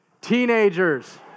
Teenagers